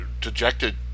dejected